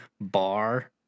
bar